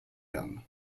gun